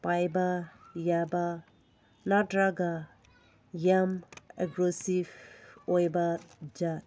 ꯄꯥꯏꯕ ꯌꯥꯕ ꯅꯠꯇ꯭ꯔꯒ ꯌꯥꯝ ꯑꯦꯒ꯭ꯔꯤꯁꯤꯐ ꯑꯣꯏꯕ ꯖꯥꯠ